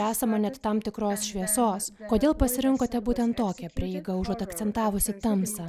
esama net tam tikros šviesos kodėl pasirinkote būtent tokią prieigą užuot akcentavusi tamsą